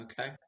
Okay